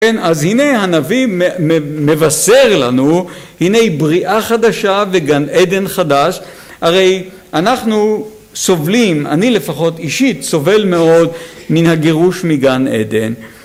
כן אז הנה הנביא מבשר לנו הנה בריאה חדשה וגן עדן חדש הרי אנחנו סובלים אני לפחות אישית סובל מאוד מן הגירוש מגן עדן